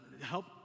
help